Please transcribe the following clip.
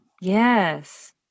Yes